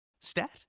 stat